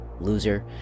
Loser